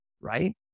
right